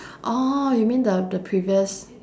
orh you mean the the previous